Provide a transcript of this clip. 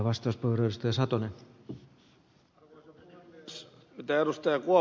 liittyen siihen mitä ed